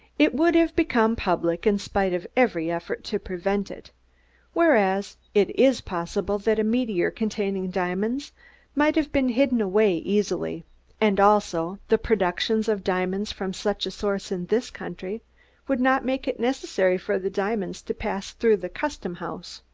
it would have become public in spite of every effort to prevent it whereas, it is possible that a meteor containing diamonds might have been hidden away easily and, also, the production of diamonds from such a source in this country would not make it necessary for the diamonds to pass through the custom house.